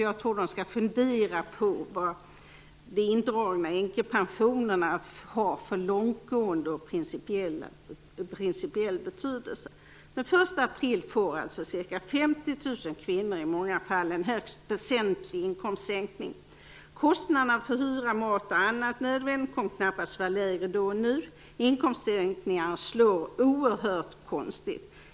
Jag tror att det bör fundera på vad de indragna änkepensionerna har för långtgående och principiell betydelse. Den 1 april får alltså ca 50 000 kvinnor i många fall en högst väsentlig inkomstsänkning. Kostnaderna för hyra, mat och annat nödvändigt kommer knappast att vara lägre då än nu. Inkomstsänkningarna slår oerhört konstigt.